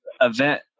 event